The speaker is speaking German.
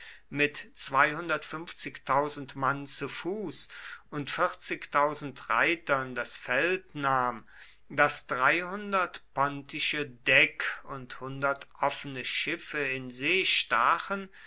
mit mann zu fuß und reitern das feld nahm das pontische deck und offene schiffe in see stachen